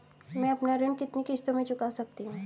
मैं अपना ऋण कितनी किश्तों में चुका सकती हूँ?